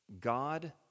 God